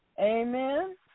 Amen